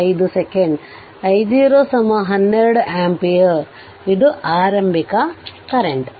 5 ಸೆಕೆಂಡ್I0 12 ಆಂಪಿಯರ್ ಇದು ಆರಂಭಿಕ ಕರೆಂಟ್